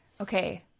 Okay